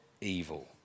evil